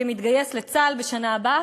כמתגייס לצה"ל בשנה הבאה,